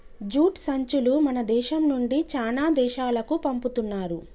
jute సంచులు మన దేశం నుండి చానా దేశాలకు పంపుతున్నారు